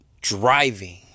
Driving